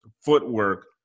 footwork